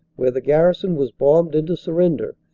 where the garrison was bombed into surrender,